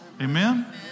Amen